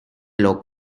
log